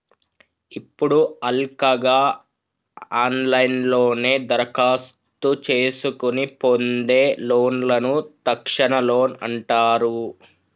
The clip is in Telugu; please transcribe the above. ఇప్పుడు హల్కగా ఆన్లైన్లోనే దరఖాస్తు చేసుకొని పొందే లోన్లను తక్షణ లోన్ అంటారు